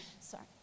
sorry